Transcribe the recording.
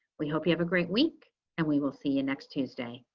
we hope you have a great week and we will see you next tuesday.